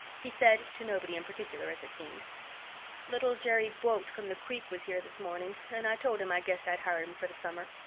he said, to nobody in particular as it seemed little jerry buote from the creek was here this morning, and i told him i guessed i'd hire him for the summer.